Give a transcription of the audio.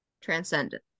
Transcendent